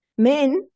Men